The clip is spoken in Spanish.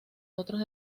otros